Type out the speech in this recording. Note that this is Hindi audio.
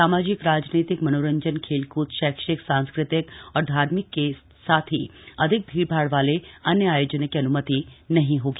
सामाजिक राजनीतिक मनोरंजन खेलक्द शैक्षिक सांस्कृतिक और धार्मिक के साथ ही अधिक भीड़ भाड़ वाले अन्य आयोजनों की अन्मति नहीं होगी